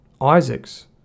Isaacs